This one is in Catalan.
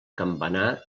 campanar